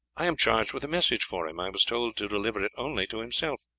i am charged with a message for him i was told to deliver it only to himself.